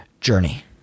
journey